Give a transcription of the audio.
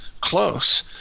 close